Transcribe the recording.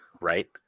right